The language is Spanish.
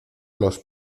los